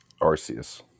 arceus